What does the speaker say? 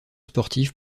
sportif